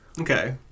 Okay